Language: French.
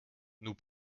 nous